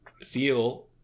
feel